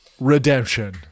Redemption